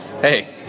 hey